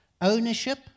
ownership